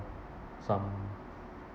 some